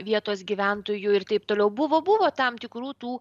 vietos gyventojų ir taip toliau buvo buvo tam tikrų tų